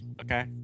Okay